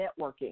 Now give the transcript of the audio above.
networking